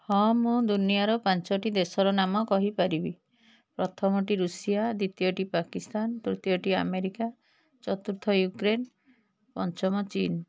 ହଁ ମୁଁ ଦୁନିଆର ପାଞ୍ଚଟି ଦେଶର ନାମ କହିପାରିବି ପ୍ରଥମଟି ଋଷିଆ ଦ୍ୱିତୀୟଟି ପାକିସ୍ତାନ୍ ତୃତୀୟଟି ଆମେରିକା ଚତୁର୍ଥ ୟୁକ୍ରେନ୍ ପଞ୍ଚମ ଚୀନ୍